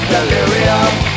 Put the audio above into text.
Delirium